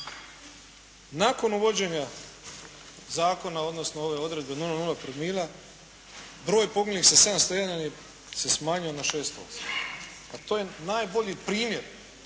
Nakon uvođenja zakona, odnosno ove odredbe 0,0 promila, broj poginulih sa 701 se smanjio na 608. Pa to je najbolji primjer